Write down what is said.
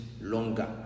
longer